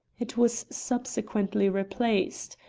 it was subsequently replaced,